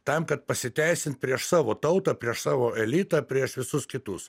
tam kad pasiteisint prieš savo tautą prieš savo elitą prieš visus kitus